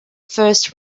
first